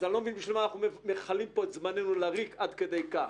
אז אני לא מבין בשביל מה אנחנו מכלים פה את זמננו לריק עד כדי כך.